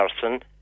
person